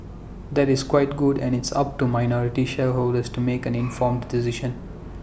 that is quite good and it's up to minority shareholders to make an informed decision